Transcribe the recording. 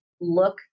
look